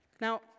Now